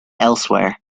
elsewhere